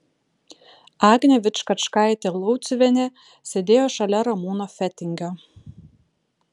agnė vičkačkaitė lauciuvienė sėdėjo šalia ramūno fetingio